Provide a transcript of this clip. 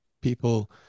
people